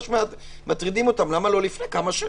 אם נניח היית אומר את הדברים בצורה אחרת,